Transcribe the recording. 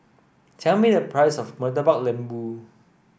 tell me the price of Murtabak Lembu